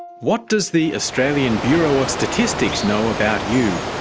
what does the australian bureau of statistics know about you?